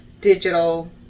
digital